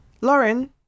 Lauren